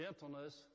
gentleness